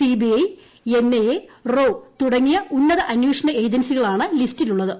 C B I N I A റോ തുടങ്ങിയ ഉന്നത അന്വേഷണ ഏജൻസികളാണ് ലിസ്റ്റിലുള്ളത്